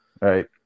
right